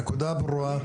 הנקודה ברורה,